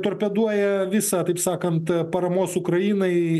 torpeduoja visą taip sakant paramos ukrainai